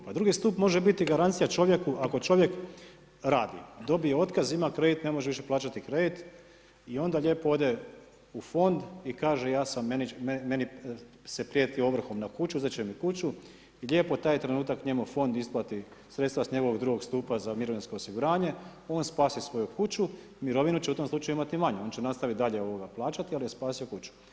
Pa drugi stup može biti garancija čovjeku ako čovjek radi, dobije otkaz, ima kredit, ne može više plaćati kredit i onda lijepo ode u fond i kaže ja sam, meni se prijeti ovrhom na kuću, uzet će mi kuću, lijepo taj trenutak njemu fond isplati sredstva s njegovog drugog stupa za mirovinsko osiguranje, on spasi svoju kuću, mirovinu će u tom slučaju imati manju, on će nastaviti dalje plaćati ali je spasio kuću.